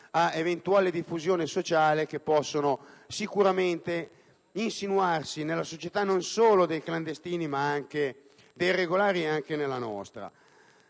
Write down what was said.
ad eventuale diffusione sociale che possono insinuarsi nella società, non solo dei clandestini ma anche dei regolari ed anche nella nostra.